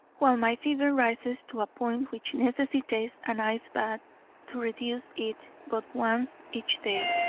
while my fever rises to a point which necessitates an ice bath to reduce it but once each day,